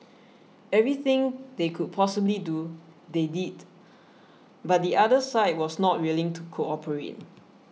everything they could possibly do they did but the other side was not willing to cooperate